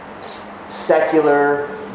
secular